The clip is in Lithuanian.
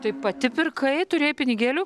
tai pati pirkai turėjai pinigėlių